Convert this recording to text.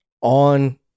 on